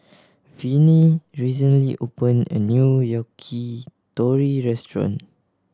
Viney recently opened a new Yakitori restaurant